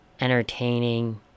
entertaining